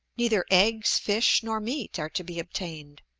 neither eggs, fish, nor meat are to be obtained,